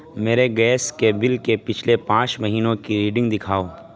میرے گیس کے بل کے پچھلے پانچ مہینوں کی ریڈنگ دکھاؤ